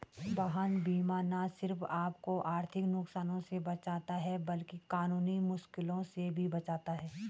वाहन बीमा न सिर्फ आपको आर्थिक नुकसान से बचाता है, बल्कि कानूनी मुश्किलों से भी बचाता है